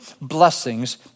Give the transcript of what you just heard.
blessings